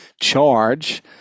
charge